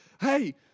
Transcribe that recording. hey